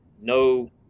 no